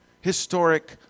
Historic